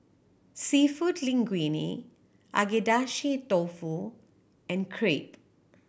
Seafood Linguine Agedashi Dofu and Crepe